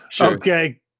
Okay